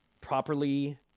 properly